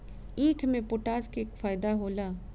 ईख मे पोटास के का फायदा होला?